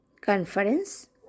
conference